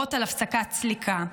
להורות על הפסקת סליקה.